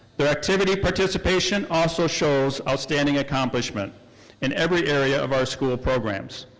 their activity participation also shows outstanding accomplishment in every area of our school programs.